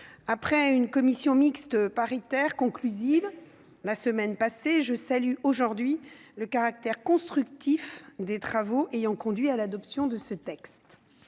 après une commission mixte paritaire conclusive la semaine passée, je salue aujourd'hui le caractère constructif des travaux ayant conduit à l'adoption de ce texte.